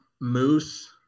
moose